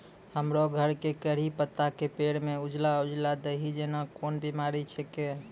हमरो घर के कढ़ी पत्ता के पेड़ म उजला उजला दही जेना कोन बिमारी छेकै?